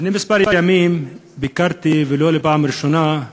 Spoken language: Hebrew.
לפני כמה ימים ביקרתי, ולא בפעם הראשונה,